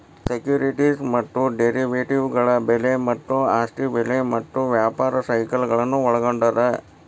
securities ಮತ್ತ ಡೆರಿವೇಟಿವ್ಗಳ ಬೆಲೆ ಮತ್ತ ಆಸ್ತಿ ಬೆಲೆ ಮತ್ತ ವ್ಯಾಪಾರ ಸೈಕಲ್ಗಳನ್ನ ಒಳ್ಗೊಂಡದ